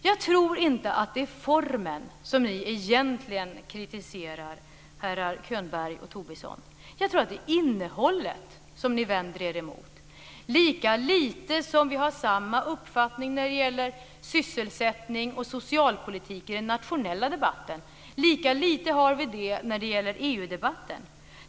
Jag tror inte att det är formen som ni egentligen kritiserar, herrar Könberg och Tobisson. Jag tror att det är innehållet som ni vänder er emot. Lika lite som vi har samma uppfattning när det gäller sysselsättning och socialpolitik i den nationella debatten har vi det när det gäller EU-debatten.